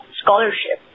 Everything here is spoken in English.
scholarship